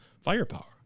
firepower